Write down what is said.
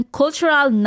cultural